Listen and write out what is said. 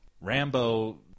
Rambo